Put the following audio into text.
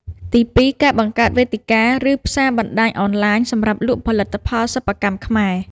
ទីពីរ ការបង្កើតវេទិកា ឬផ្សារបណ្តាញអនឡាញសម្រាប់លក់ផលិតផលសិប្បកម្មខ្មែរ។